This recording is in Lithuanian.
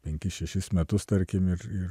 penkis šešis metus tarkim ir ir